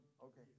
Okay